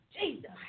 Jesus